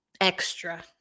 extra